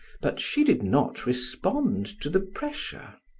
but she did not respond to the pressure.